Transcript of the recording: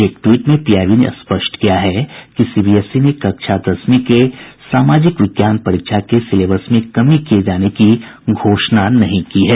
एक ट्वीट में पीआईबी ने स्पष्ट किया है कि सीबीएसई ने कक्षा दसवीं के सामाजिक विज्ञान परीक्षा के सिलेबस में कमी किए जाने की घोषणा नहीं की है